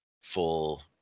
full